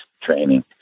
training